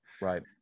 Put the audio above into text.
Right